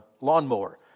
lawnmower